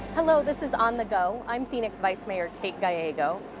hello, this is on the go. i'm phoenix vice mayor kate gallego.